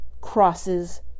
crosses